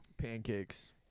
Pancakes